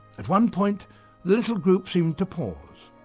at one point the little group seemed to pause.